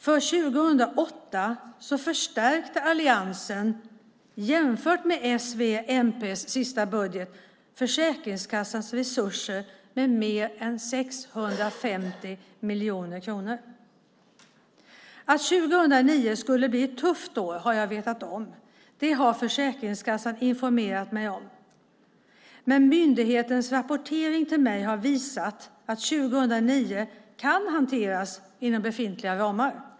För 2008 förstärkte alliansen - jämfört med s-v-mp:s sista budget - Försäkringskassans resurser med mer än 650 miljoner kronor. Att 2009 skulle bli ett tufft år har jag vetat om - det har Försäkringskassan informerat mig om. Myndighetens rapportering till mig har visat att 2009 kan hanteras inom befintliga ramar.